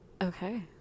Okay